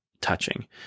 touching